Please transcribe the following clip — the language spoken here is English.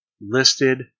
listed